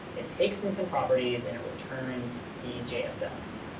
it takes in some properties. and it returns the jsx.